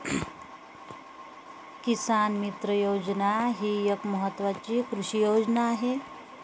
किसान मित्र योजना ही एक महत्वाची कृषी योजना आहे